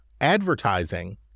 advertising